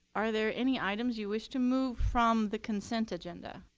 are there any items you wish to move from the consent agenda?